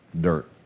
dirt